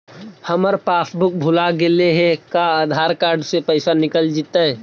हमर पासबुक भुला गेले हे का आधार कार्ड से पैसा निकल जितै?